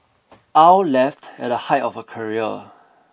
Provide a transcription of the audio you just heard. Aw left at the high of her career